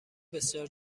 بسیار